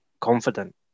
confident